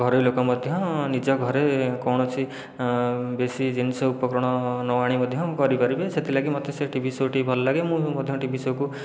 ଘରୋଇ ଲୋକ ମଧ୍ୟ ନିଜ ଘରେ କୌଣସି ବେଶି ଜିନିଷ ଉପକରଣ ନ ଆଣି ମଧ୍ୟ କରିପାରିବେ ସେଥିଲାଗି ମୋତେ ସେ ଟିଭି ସୋ'ଟି ଭଲ ଲାଗେ ମୁଁ ମଧ୍ୟ ଟିଭି ସୋ'କୁ